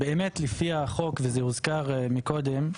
לפי החוק, וזה הוזכר מקודם,